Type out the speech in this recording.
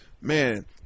man